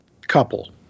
couple